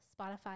Spotify